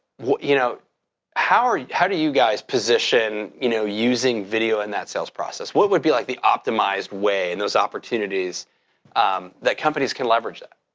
you know how how do you guys position you know using video in that sales process? what would be like the optimized way in those opportunities that companies can leverage that?